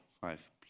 five